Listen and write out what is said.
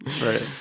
right